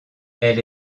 elle